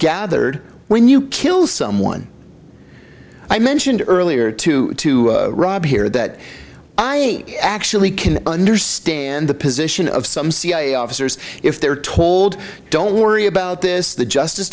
gathered when you kill someone i mentioned earlier to rob here that i actually can understand the position of some cia officers if they're told don't worry about this the justice